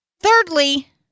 Thirdly